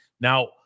Now